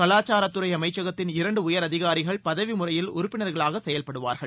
கவாச்சாரத்துறை அமைச்சகத்தின் இரண்டு உயர் அதிகாரிகள் பதவி முறையில் உறுப்பினர்களாக செயல்படுவார்கள்